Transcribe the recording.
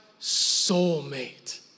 soulmate